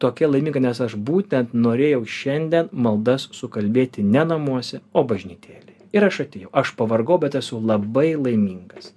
tokia laiminga nes aš būtent norėjau šiandien maldas sukalbėti ne namuose o bažnytėlėj ir aš atėjau aš pavargau bet esu labai laimingas